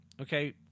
okay